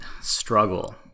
struggle